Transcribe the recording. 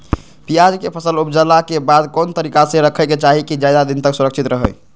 प्याज के फसल ऊपजला के बाद कौन तरीका से रखे के चाही की ज्यादा दिन तक सुरक्षित रहय?